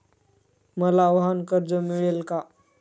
मला वाहनकर्ज मिळेल का?